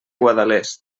guadalest